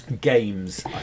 Games